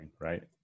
right